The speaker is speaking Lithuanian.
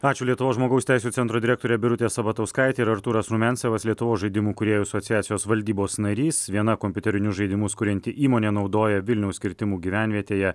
ačiū lietuvos žmogaus teisių centro direktorė birutė sabatauskaitė ir artūras rumiancevas lietuvos žaidimų kūrėjų asociacijos valdybos narys viena kompiuterinius žaidimus kurianti įmonė naudoja vilniaus kirtimų gyvenvietėje